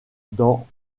dans